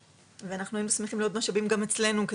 ואנחנו היינו שמחים לעוד משאבים גם אצלנו,